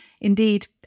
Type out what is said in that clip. indeed